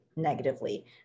negatively